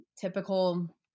typical